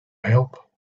help